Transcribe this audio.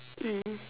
mm